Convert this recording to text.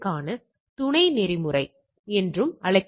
உண்மையில் இந்த மாதிரியான நிலைமை